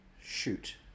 Shoot